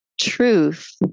truth